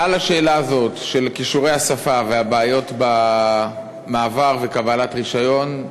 על השאלה הזאת של כישורי השפה והבעיות במעבר וקבלת רישיון,